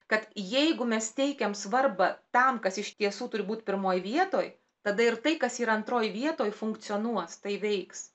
kad jeigu mes teikiam svarbą tam kas iš tiesų turi būt pirmoj vietoj tada ir tai kas yra antroj vietoj funkcionuos tai veiks